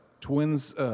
twins